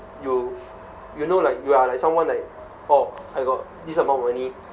you you know like you are like someone like oh I got this amount of money